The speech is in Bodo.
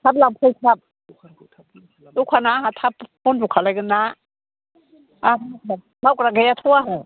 थाब लांफै थाब दखाना आंहा थाब बनद' खालामगोनना मावग्रा गैयाथ' आरो